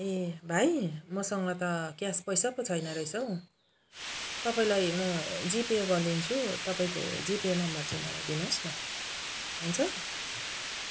ए भाइ मसँङ्ग त क्यास पैसा पो छैन रहेछ हौ तपाईँलाई म जिपे गरिदिन्छु तपाईँको जिपे नम्बर चाहिँ मलाई दिनु होस् न हुन्छ